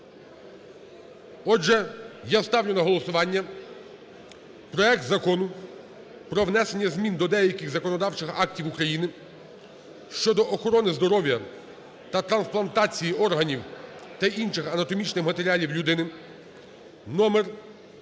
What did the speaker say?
Отже, я ставлю на голосування проект Закону про внесення змін до деяких законодавчих актів України щодо охорони здоров'я та трансплантації органів та інших анатомічних матеріалів людині (№